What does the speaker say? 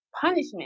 punishment